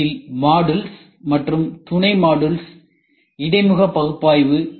இதில் மாடுல்ஸ் மற்றும் துணை மாடுல்ஸ் இடைமுக பகுப்பாய்வு உள்ளது